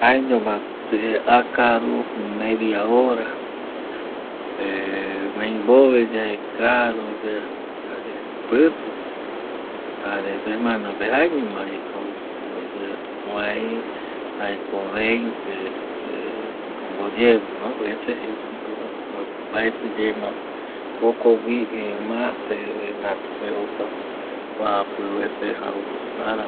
Jaeño ma ko se akaru media hora ˂hesitation˃ ndeimbove yae, karu yae jare pïtu yae jare semana pe jaeño ma vi ko jare kurei jaeko veinte ˂hesitation˃ veces mbaeti ye ma jokogüi ˂hesitation˃ ma se jegätu se jokua mbuapi veces jau vaera.